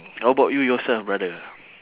how about you yourself brother